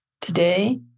Today